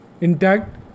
intact